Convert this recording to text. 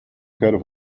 quero